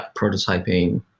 prototyping